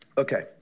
Okay